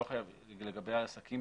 לא חייבים,